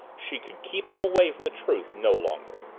she could keep him away from the truth no longer.